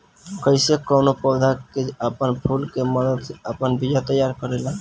कइसे कौनो पौधा आपन फूल के मदद से आपन बिया तैयार करेला